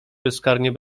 bezkarnie